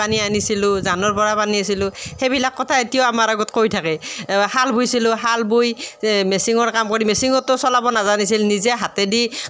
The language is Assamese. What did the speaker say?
পানী আনিছিলোঁ জানৰ পৰা পানী আনিছিলোঁ সেইবিলাক কথা এতিয়াও আমাৰ আগত কৈ থাকে শাল বৈছিলোঁ শাল বৈ মেচিনৰ কাম কৰি মেচিনতো চলাব নাজানিছিল নিজে হাতেদি